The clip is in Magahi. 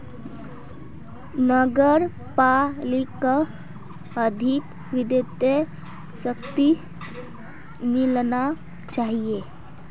नगर पालिकाक अधिक वित्तीय शक्ति मिलना चाहिए